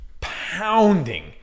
pounding